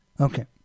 okay